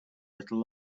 little